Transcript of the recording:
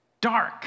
Dark